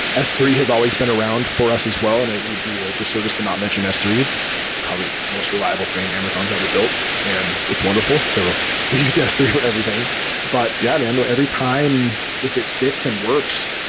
s three has always been around for us as well and and it would be a disservice to not mention s three. it's probably the most reliable thing amazon's ever built and it's wonderful. so we use s three for everything but yeah. i mean, i know every time if it fits and works,